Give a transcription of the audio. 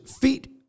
feet